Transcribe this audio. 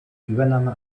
übernahme